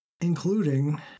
Including